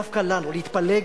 דווקא לנו, להתפלג.